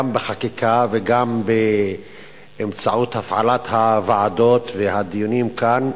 גם בחקיקה וגם באמצעות הפעלת הוועדות והדיונים כאן,